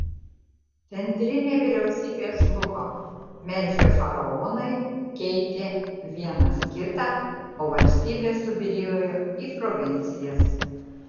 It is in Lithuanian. centrinė vyriausybė žlugo merfio faraonai keitė vienas kitą o valstybė subyrėjo į provincijas